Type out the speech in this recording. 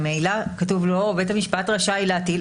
ממילא לא כתוב: "בית המשפט רשאי להטיל",